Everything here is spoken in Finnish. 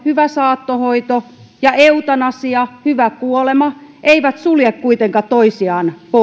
hyvä saattohoito ja eutanasia hyvä kuolema eivät sulje kuitenkaan toisiaan